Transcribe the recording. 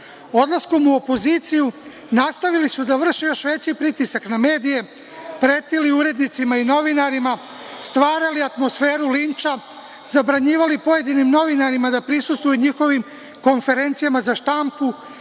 Odlaskom u opoziciju, nastavili su da vrše još veći pritisak na medije, pretili urednicima i novinarima, stvarali atmosferu linča, zabranjivali pojedinim novinarima da prisustvuju njihovim konferencijama za štampu,